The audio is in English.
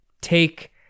take